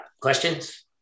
questions